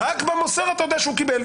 רק במוסר אתה יודע שהוא קיבל.